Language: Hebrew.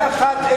אין אחת.